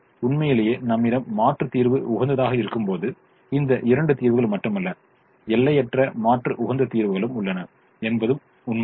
உண்மையிலே நம்மிடம் மாற்று தீர்வு உகந்ததாக இருக்கும்போது இந்த 2 தீர்வுகள் மட்டுமல்ல எல்லையற்ற மாற்று உகந்த தீர்வுகளும் உள்ளன என்பதும் உண்மைதான்